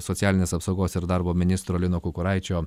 socialinės apsaugos ir darbo ministro lino kukuraičio